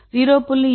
0